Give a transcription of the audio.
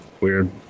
Weird